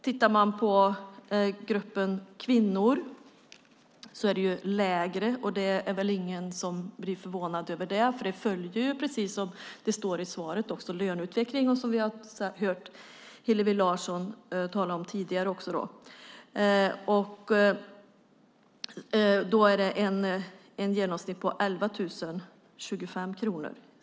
Pensionen för kvinnor är lägre, och det är väl ingen som blir förvånad över det eftersom den, precis som det står i svaret, följer löneutvecklingen, vilket Hillevi Larsson talade om tidigare. Genomsnittspensionen för kvinnor är 11 025 kronor.